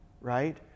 right